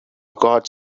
guards